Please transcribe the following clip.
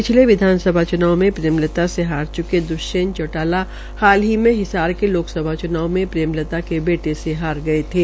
पिछले विधानसभा च्नाव में प्रेमलता से हार च्के द्वष्यंत चौटाला हाल ही में हिसार लक्कसभा च्नाव में प्रेमलता के बारे से हारे गये थे